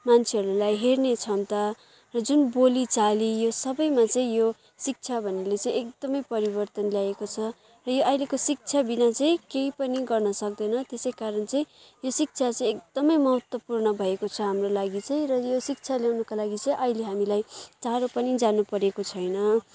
मान्छेहरूलाई हेर्ने क्षमता र जुन बोली चाली यो सबैमा चाहिँ यो शिक्षा भन्नेले चाहिँ एकदमै परिवर्तन ल्याएको छ र यो अहिलेको शिक्षा बिना चाहिँ केही पनि गर्न सक्दैन त्यसै कारण चाहिँ शिक्षा चाहिँ एकदमै महत्त्वपूर्ण भएको छ हाम्रो लागि चाहिँ र यो शिक्षा लिनुको लागि चाहिँ अहिले हामीलाई टाडो पनि जान परेको छैन